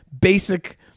basic